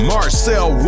Marcel